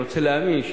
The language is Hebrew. רוצה להאמין,